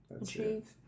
achieve